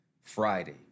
Friday